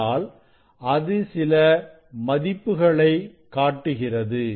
ஆனால் அது சில மதிப்புகளை காட்டுகிறது